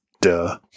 Duh